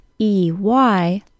E-Y